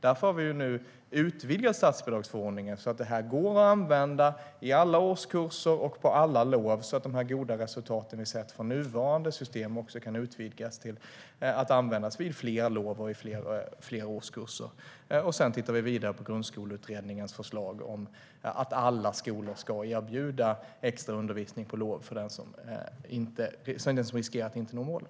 Därför har vi nu utvidgat statsbidragsförordningen, så att det här går att använda i alla årskurser och på alla lov. Därmed kan de goda resultat vi sett från nuvarande system utvidgas till fler lov och fler årskurser. Sedan tittar vi vidare på Grundskoleutredningens förslag om att alla skolor ska erbjuda extraundervisning på lov för dem som riskerar att inte nå målen.